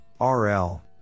RL